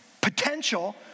potential